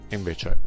invece